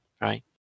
right